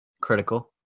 critical